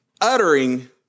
uttering